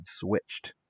switched